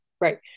right